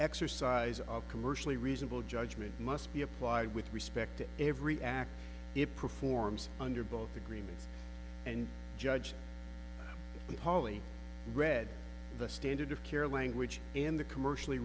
exercise of commercially reasonable judgement must be applied with respect to every act it performs under both agreements and judge poly read the standard of care language in the commercially